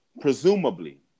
presumably